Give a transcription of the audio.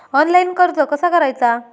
Online कर्ज कसा करायचा?